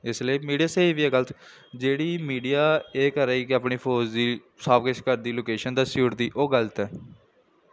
इसलेई मीडिया स्हेई बी ऐ गलत बी जेह्ड़ी मीडिया एह् करा दी कि अपनी फौज दी सब किश करदी लोकेशन दस्सी ओड़दी ओह् गलत ऐ